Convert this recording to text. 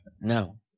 No